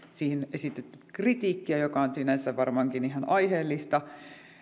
esitetty kritiikkiä joka on sinänsä varmaankin ihan aiheellista